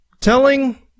telling